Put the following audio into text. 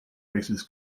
races